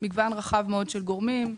מגוון רחב מאוד של גורמים,